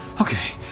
okay,